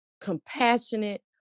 compassionate